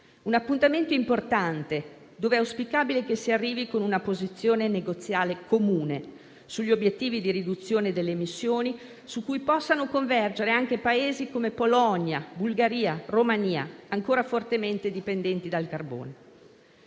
un appuntamento importante, dove è auspicabile che si arrivi con una posizione negoziale comune sugli obiettivi di riduzione delle emissioni, su cui possano convergere anche Paesi come Polonia, Bulgaria e Romania, ancora fortemente dipendenti dal carbone.